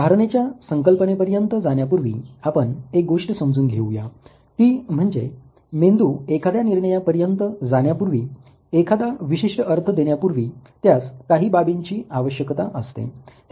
धारणेच्या संकल्पने पर्यंत जाण्यापूर्वी आपण एक गोष्ट समजून घेऊया ती म्हणजे मेंदू एखाद्या निर्णया पर्यंत जाण्यापूर्वी एखादा विशिष्ट अर्थ देण्यापूर्वी त्यास काही बाबींची आवश्यकता असते